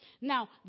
Now